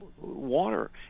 Water